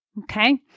Okay